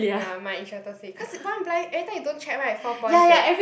ya my instructor say cause one blind every time you don't check [right] four points eh